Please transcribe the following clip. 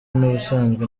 n’ubusanzwe